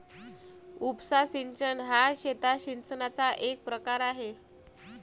उपसा सिंचन हा शेतात सिंचनाचा एक प्रकार आहे